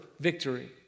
victory